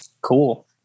Cool